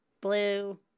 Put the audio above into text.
blue